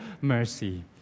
mercy